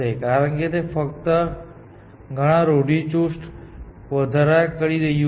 કારણ કે તે ફક્ત ઘણા રૂઢિચુસ્ત વધારા કરી રહ્યું છે શ્રેષ્ઠ ખર્ચ શોધવાની ખાતરી આપવામાં આવે છે